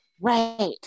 right